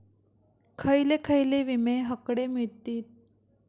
खयले खयले विमे हकडे मिळतीत?